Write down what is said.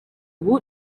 ubu